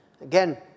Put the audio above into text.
Again